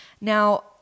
Now